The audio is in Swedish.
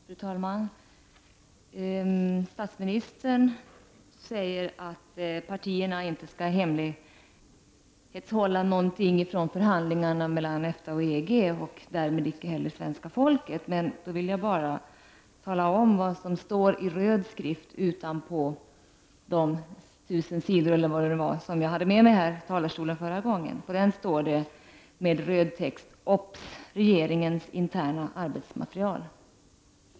Fru talman! Statsministern sade att partierna inte skall hemlighålla någonting från förhandlingarna mellan EFTA och EG och därmed icke heller hemlighålla något för svenska folket. Men då vill jag bara tala om vad som står med röd skrift utanpå de ca 1000 direktiv som jag hade med mig här i talarstolen nyss. Där står: OBS! Regeringens interna arbetsmaterial.